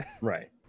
Right